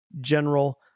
general